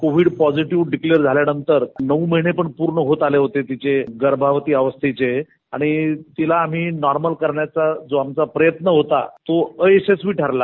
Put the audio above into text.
Covid positive declare झाल्यानंतर नऊ महिने पण पूर्ण होत आले होते तिचे गर्भावती अवस्थेचे आणि तिला आम्ही नॉमर्ल करण्याचा जो आमचा प्रयत्न होता तो अयशस्वी ठरला